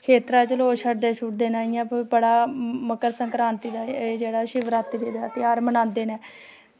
खेत्तरै च लोग शडदे शुडदे नै इयां फिर बड़ा मक्कर संकरांती दा ते एह् जेह्ड़ा शिवरात्री दा ध्याहर बनांदे नै